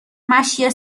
مشی